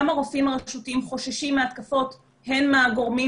גם הרופאים הרשותיים חוששים מהתקפות הן מהגורמים